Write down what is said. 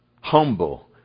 humble